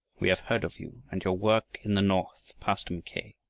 we have heard of you and your work in the north, pastor mackay,